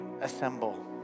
assemble